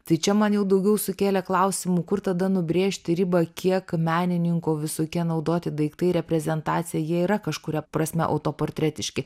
tai čia man jau daugiau sukėlė klausimų kur tada nubrėžti ribą kiek menininkų visokie naudoti daiktai reprezentacija jie yra kažkuria prasme autoportretiški